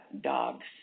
dogs